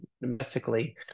domestically